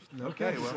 Okay